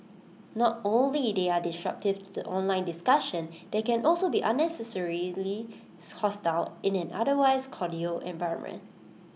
not only they are disruptive to the online discussion they can also be unnecessarily hostile in an otherwise cordial environment